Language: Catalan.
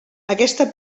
aquesta